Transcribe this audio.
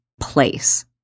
place